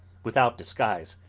without disguise,